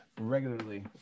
regularly